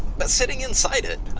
but sitting inside it,